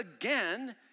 again